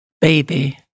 baby